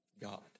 God